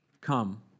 Come